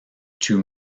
two